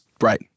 Right